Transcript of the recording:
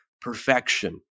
perfection